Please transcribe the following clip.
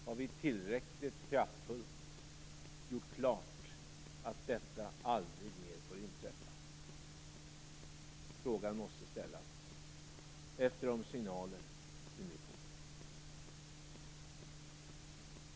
Har vi tillräckligt kraftfullt gjort klart att detta aldrig mer får inträffa? Frågan måste ställas efter de signaler vi nu får.